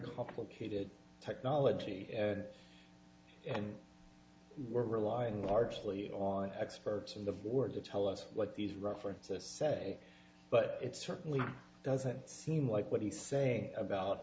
complicated technology and we're relying largely on experts on the board to tell us what these references say but it certainly doesn't seem like what he's saying about